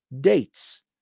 dates